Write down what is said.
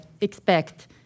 expect